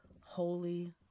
holy